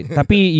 tapi